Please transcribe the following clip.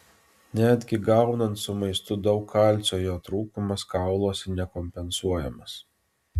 netgi gaunant su maistu daug kalcio jo trūkumas kauluose nekompensuojamas